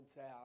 out